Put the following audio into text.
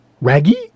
raggy